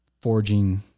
forging